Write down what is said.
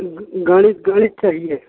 गणित गणित चाहिए